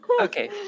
Okay